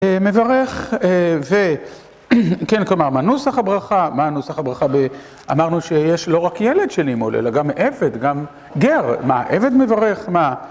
מברך, וכן, כלומר, מה נוסח הברכה, מה נוסח הברכה, אמרנו שיש לא רק ילד שנימול אלא גם עבד, גם גר, מה עבד מברך, מה...